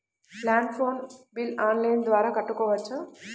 Land phone bill online ద్వారా కట్టుకోవచ్చు?